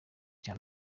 cya